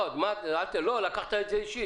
לא, לקחת את זה אישית.